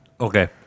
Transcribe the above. Okay